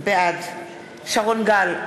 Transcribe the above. בעד שרון גל,